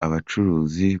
abacuruzi